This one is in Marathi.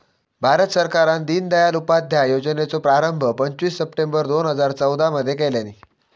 भारत सरकारान दिनदयाल उपाध्याय योजनेचो प्रारंभ पंचवीस सप्टेंबर दोन हजार चौदा मध्ये केल्यानी